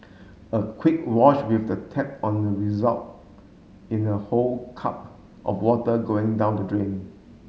a quick wash with the tap on the result in a whole cup of water going down the drain